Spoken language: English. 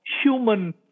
human